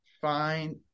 find –